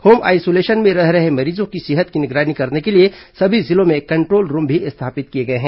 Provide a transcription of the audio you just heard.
home isolation में रह रहे मरीजों की सेहत की निगरानी करने के लिए समी जिलों में कंट्रोल रूम भी स्थापित किए गए हैं